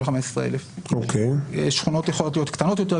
15,000. שכונות יכולות להיות קטנות יותר,